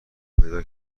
پیدا